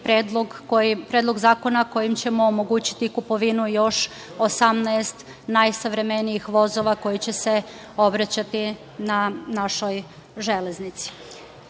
predlog zakona kojim ćemo omogućiti kupovinu još 18 najsavremenijih vozova koji će saobraćati na našoj železnici. Činjenica